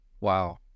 Wow